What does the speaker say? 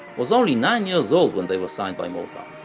was only nine-years-old when they were signed by motown.